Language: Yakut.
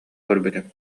көрбүтүм